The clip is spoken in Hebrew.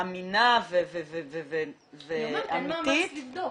אמינה ואמתית --- אני אומרת, אין מאמץ לבדוק.